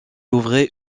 ouvrait